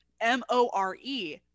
M-O-R-E